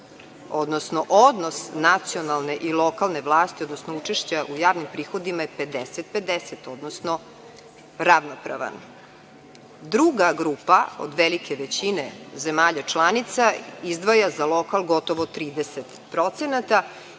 odnos nacionalne i lokalne vlasti, odnosno učešća u javnim prihodima je 50:50, odnosno ravnopravan. Druga grupa od velike većine zemalja članica izdvaja za lokal gotovo 30%. Jedine